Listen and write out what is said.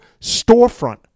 storefront